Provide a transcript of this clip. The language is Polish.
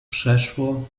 przeszło